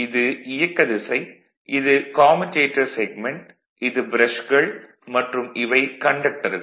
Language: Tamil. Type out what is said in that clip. இது இயக்க திசை இது கம்யூடேட்டர் செக்மென்ட் இது ப்ரஷ்கள் மற்றும் இவை கண்டக்டர்கள்